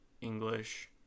english